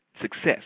success